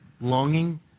longing